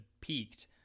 peaked